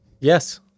Yes